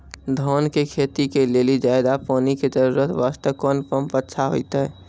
धान के खेती के लेली ज्यादा पानी के जरूरत वास्ते कोंन पम्प अच्छा होइते?